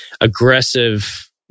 aggressive